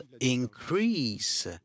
increase